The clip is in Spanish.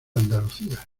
andalucía